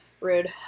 Rude